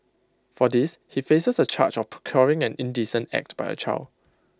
for this he faces A charge of procuring an indecent act by A child